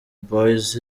boyz